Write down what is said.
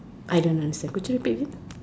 I don't understand could you repeat again